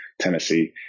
Tennessee